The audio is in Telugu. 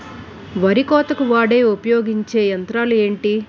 వరి కోతకు వాడే ఉపయోగించే యంత్రాలు ఏంటి?